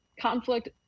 conflict